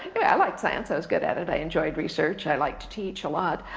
yeah i liked science, i was good at it. i enjoyed research, i like to teach a lot,